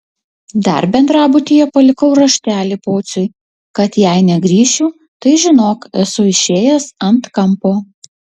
dar bendrabutyje palikau raštelį pociui kad jei negrįšiu tai žinok esu išėjęs ant kampo